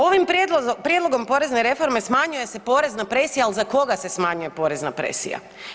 Ovim prijedlogom porezne reforme smanjuje se porezna presija, ali za koga se smanjuje porezna presija?